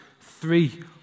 three